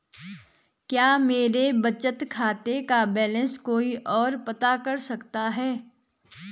क्या मेरे बचत खाते का बैलेंस कोई ओर पता कर सकता है?